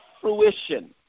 fruition